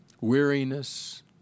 weariness